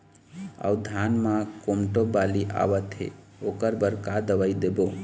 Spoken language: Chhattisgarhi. अऊ धान म कोमटो बाली आवत हे ओकर बर का दवई देबो?